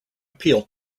appeal